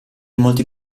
molti